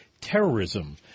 terrorism